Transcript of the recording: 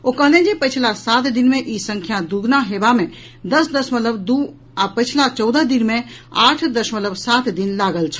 ओ कहलनि जे पछिला सात दिन मे ई संख्या दुगुना हेबा मे दस दशमलव दू आ पछिला चौदह दिन मे आठ दशमलव सात दिन लागल छल